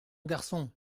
garçon